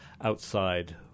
outside